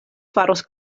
faros